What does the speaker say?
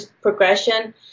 progression